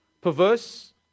perverse